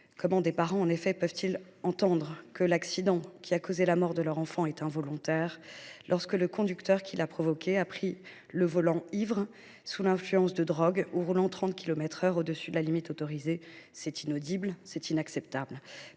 Comment des parents, en effet, peuvent ils entendre que l’accident qui a causé la mort de leur enfant est involontaire, lorsque le conducteur qui l’a provoqué a pris le volant ivre ou sous l’influence de drogues, ou lorsqu’il roulait plus de 30 kilomètres par heure au delà de la vitesse autorisée ? C’est inaudible, c’est inacceptable